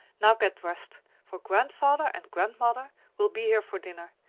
now get dressed for grandfather and grandmother will be here for dinner,